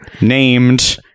named